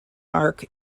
arc